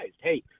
Hey